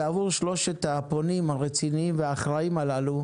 עבור שלושת הפונים הרציניים והאחראים הללו,